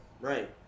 right